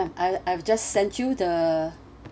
I I've just sent you the